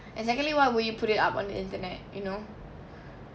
and secondly why would you put it up on internet you know